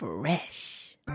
Fresh